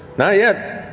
not yet.